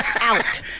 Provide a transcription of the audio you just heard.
out